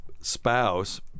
spouse